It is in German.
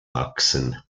wachsen